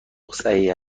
صحیح